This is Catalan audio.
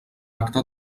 acte